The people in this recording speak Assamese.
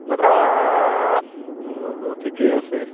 দাদা মোৰতো ঠিকেই আছে